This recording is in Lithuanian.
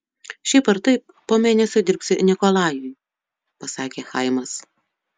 šiaip ar taip po mėnesio dirbsi nikolajui pasakė chaimas